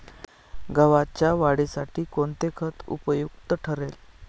गव्हाच्या वाढीसाठी कोणते खत उपयुक्त ठरेल?